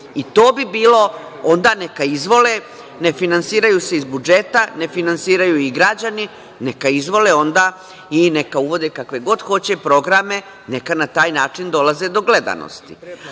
To bi bilo, onda neka izvole, ne finansiraju se iz budžeta, ne finansiraju ih građani, neka izvole onda i neka uvode kakve god hoće programe, neka na taj način dolaze do gledanosti.